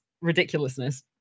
ridiculousness